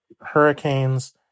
hurricanes